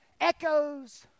Echoes